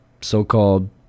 so-called